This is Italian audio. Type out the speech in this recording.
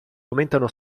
aumentano